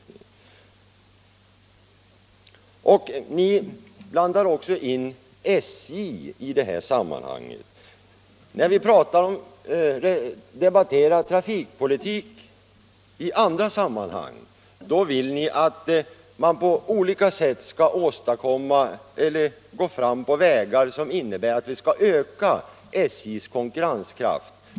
Ni blandar också in SJ i detta sammanhang. När ni debatterar trafikpolitik i andra sammanhang vill ni att man på olika sätt skall öka SJ:s konkurrenskraft.